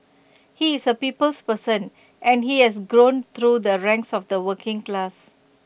he is A people's person and he has grown through the ranks of the working class